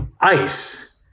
ice